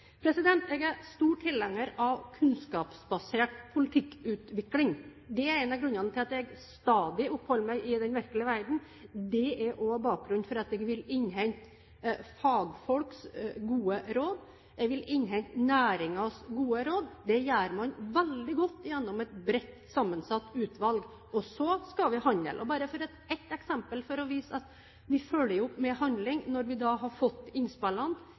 Jeg er stor tilhenger av kunnskapsbasert politikkutvikling. Det er en av grunnene til at jeg stadig oppholder meg i den virkelige verden. Det er også bakgrunnen for at jeg vil innhente fagfolks gode råd. Jeg vil innhente næringens gode råd. Det gjør man veldig godt gjennom et bredt sammensatt utvalg, og så skal vi handle. Bare et eksempel for å vise at vi følger opp med handling når vi har fått innspillene: